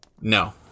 No